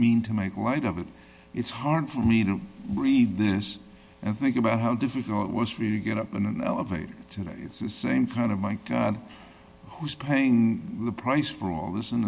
mean to make light of it it's hard for me to read this and think about how difficult it was for you to get up in an elevator today same kind of monk who's paying the price for all this and